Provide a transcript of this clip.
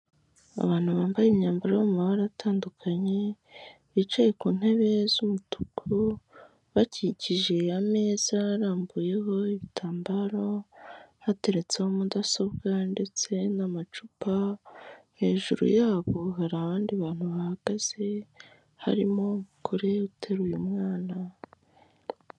Abantu bambaye imyambaro yo mu mamabara atandukanye, bicaye ku ntebe z'umutuku bakikije ameza arambuyeho ibitambaro, hateretseho mudasobwa ndetse n'amacupa, hejuru yabo hari abandi bantu bahagaze harimo umugore uteruye umwana.